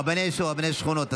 רבני יישוב ורבני שכונות),